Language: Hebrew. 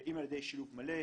אם על ידי שילוב מלא,